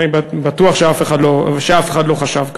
אני בטוח שאף אחד לא חשב כך.